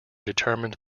determined